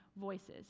voices